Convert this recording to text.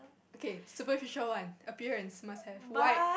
okay superficial on appearance must have why